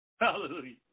Hallelujah